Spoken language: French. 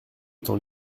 temps